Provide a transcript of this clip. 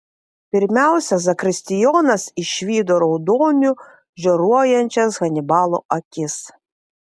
pirmiausia zakristijonas išvydo raudoniu žioruojančias hanibalo akis